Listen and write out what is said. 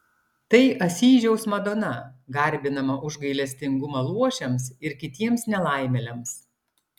tai asyžiaus madona garbinama už gailestingumą luošiams ir kitiems nelaimėliams